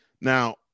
now